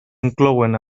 inclouen